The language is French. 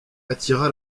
attira